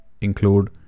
include